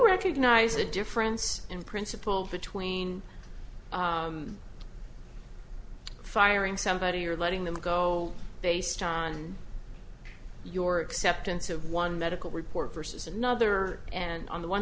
recognize a difference in principle between firing somebody or letting them go based on your acceptance of one medical report versus another and on the one